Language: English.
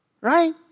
Right